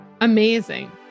Amazing